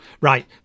Right